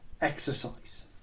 exercise